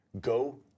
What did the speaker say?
go